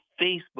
Facebook